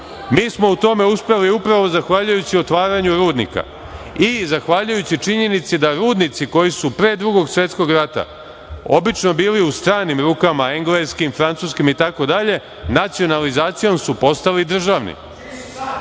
Mi smo u tome uspeli upravo zahvaljujući otvaranju rudnika i zahvaljujući činjenici da rudnici koji su pre Drugog svetskog rata obično bili u stranim rukama, engleskim francuskim itd, nacionalizacijom su postali državni.